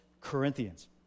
Corinthians